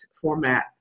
format